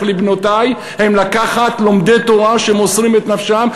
לבנותי היא להיות לומדי תורה שמוסרים את נפשם,